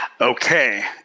Okay